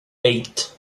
eight